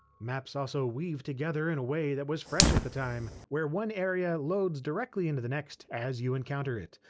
maps also weave together in a way that was fresh at the time, where one area loads directly into the next as you encounter it.